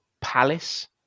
Palace